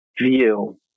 view